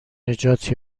نجات